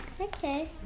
Okay